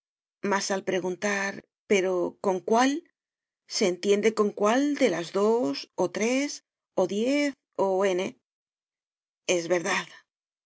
mas al preguntar pero con cuál se entiende con cuál de las dos o tres o diez o ene es verdad